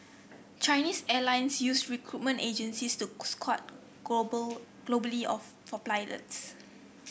Chinese Airlines use recruitment agencies to scout global globally of for pilots